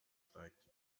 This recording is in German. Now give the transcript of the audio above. steigt